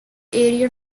area